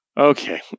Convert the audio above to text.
Okay